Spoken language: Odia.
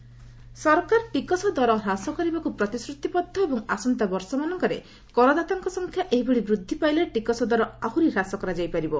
ଟାକ୍ସ ସରକାର ଟିକସ ଦର ହ୍ରାସ କରିବାକୁ ପ୍ରତିଶ୍ରୁତିବଦ୍ଧ ଏବଂ ଆସନ୍ତାବର୍ଷମାନଙ୍କରେ କରଦାତାଙ୍କ ସଂଖ୍ୟା ଏହିଭଳି ବୃଦ୍ଧି ପାଇଲେ ଟିକସ୍ ଦର ଆହୁରି ହ୍ରାସ କରାଯାଇପାରିବ